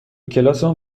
کلاسمون